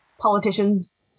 politicians